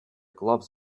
gloves